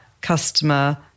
customer